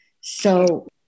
So-